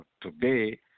today